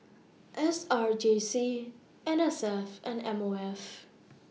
S R J C N S F and M O F